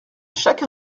chaque